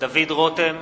דוד רותם,